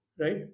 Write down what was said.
right